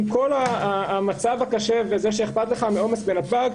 עם כל המצב הקשה וזה שאכפת לך מהעומס בנתב"ג,